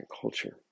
culture